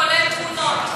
כולל תמונות.